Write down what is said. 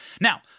Now